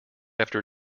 after